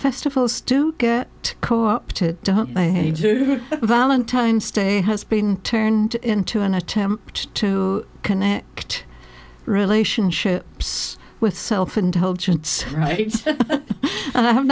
festivals to get co opted valentine's day has been turned into an attempt to connect relationships with self indulgence and i have